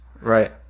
Right